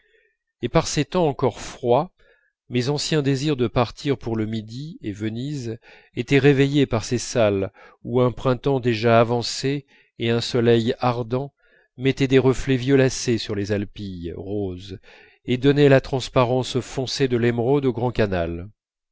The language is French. et par ces temps encore froids mes anciens désirs de partir pour le midi et venise étaient réveillés par ces salles où un printemps déjà avancé et un soleil ardent mettaient des reflets violacés sur les alpilles roses et donnaient la transparence foncée de l'émeraude au grand canal